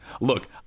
Look